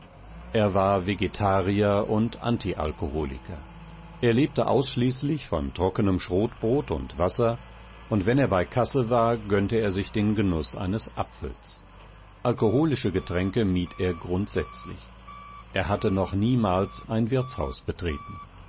er war vegetarier und antialkoholiker er lebte ausschließlich von trockenem schrotbrot und wasser und wenn er bei kasse war gönnte er sich den genuß eines apfels alkoholische getränke mied er grundsätzlich er hatte noch niemals ein wirtshaus betreten